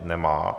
Nemá.